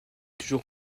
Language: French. toujours